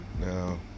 now